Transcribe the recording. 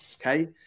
Okay